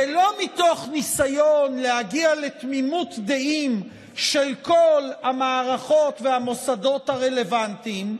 ולא מתוך ניסיון להגיע לתמימות דעים של כל המערכות והמוסדות הרלוונטיים,